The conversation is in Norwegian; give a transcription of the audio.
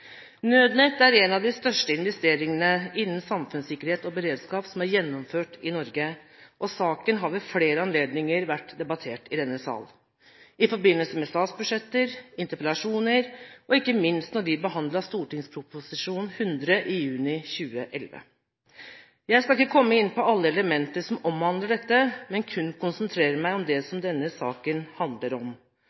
Nødnett er en av de største investeringene innen samfunnssikkerhet og beredskap som er gjennomført i Norge, og saken har ved flere anledninger vært debattert i denne sal i forbindelse med statsbudsjetter, interpellasjoner og ikke minst da vi behandlet Prop. 100 S for 2010–2011 i juni 2011. Jeg skal ikke komme inn på alle elementer som omhandler dette, men kun konsentrere meg om det som denne saken handler om: